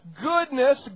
goodness